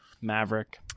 Maverick